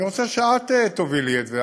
אני רוצה שאת תובילי את זה.